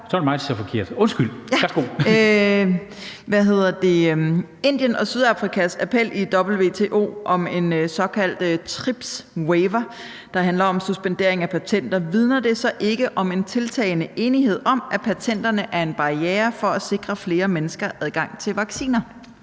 Når man ser på USA's opbakning til Indien og Sydafrikas appel i WTO om en såkaldt TRIPS-waiver, der handler om suspendering af patenter, vidner det så ikke om en tiltagende enighed om, at patenterne er en barriere for at sikre flere mennesker adgang til vacciner?